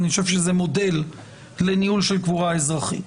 זה מודל לניהול של קבורה אזרחית.